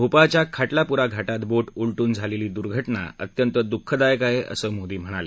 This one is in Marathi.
भोपाळच्या खाटलापुरा घाटात बोट उलटून झालेली दुर्घटना अत्यंत द्खदायक आहे असं मोदी म्हणाले